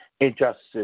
injustice